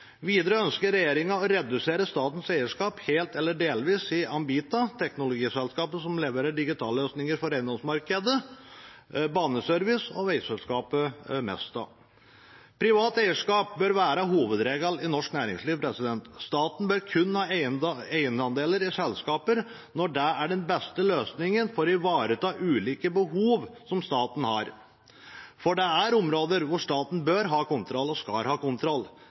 Videre ønsker regjeringen å redusere statens eierskap helt eller delvis i Ambita, teknologiselskapet som leverer digitale løsninger for eiendomsmarkedet, Baneservice og veiselskapet Mesta. Privat eierskap bør være hovedregelen i norsk næringsliv. Staten bør kun ha eierandeler i selskaper når det er den beste løsningen for å ivareta ulike behov som staten har, for det er områder hvor staten bør og skal ha kontroll. Dette gjelder særlig bedrifter som er knyttet til nasjonal sikkerhet og